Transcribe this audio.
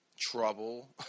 Trouble